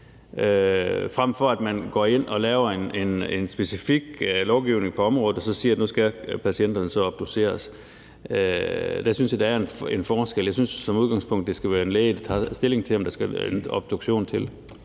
frem for at man går ind og laver en specifik lovgivning på området, hvor man siger, at patienterne skal obduceres. Der synes jeg der er en forskel. Jeg synes som udgangspunkt, det skal være en læge, der tager stilling til, om der skal en obduktion til.